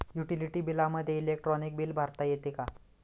Utility बिलामध्ये electronic bill भरता येते का?